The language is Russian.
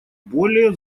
более